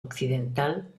occidental